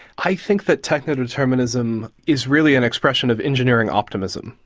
i think that techno-determinism is really an expression of engineering optimism.